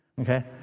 Okay